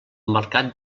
mercat